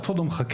אף אחד לא מחכה.